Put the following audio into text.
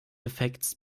effekts